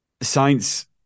Science